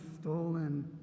stolen